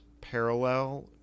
parallel